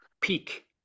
PEAK